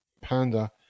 Panda